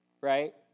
right